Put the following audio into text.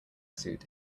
suit